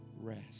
rest